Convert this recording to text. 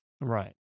Right